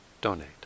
donate